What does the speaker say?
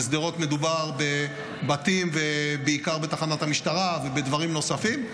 בשדרות מדובר בבתים ובעיקר בתחנת המשטרה ובדברים נוספים.